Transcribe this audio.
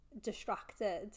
distracted